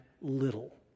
little